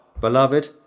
beloved